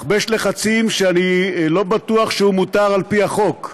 מכבש לחצים שאני לא בטוח שהוא מותר על-פי החוק,